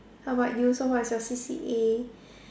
how about you so what's your C_C_A